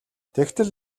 тэгтэл